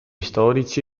storici